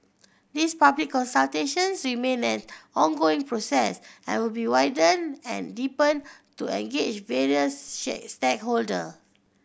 these public consultations remain an ongoing process and will be widened and deepened to engage various stakeholder